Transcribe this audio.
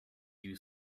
you